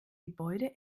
gebäude